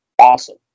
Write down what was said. awesome